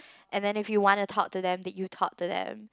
and then if you wanna to talk to them then you talk to them